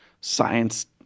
science